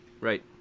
Right